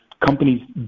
companies